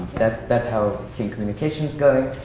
that's that's how team communication is going.